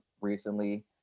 recently